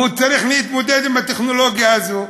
והוא צריך להתמודד עם הטכנולוגיה הזאת.